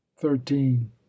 thirteen